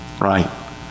right